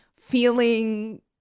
feeling